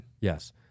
Yes